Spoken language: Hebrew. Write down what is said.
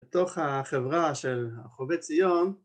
‫בתוך החברה של חובבי ציון.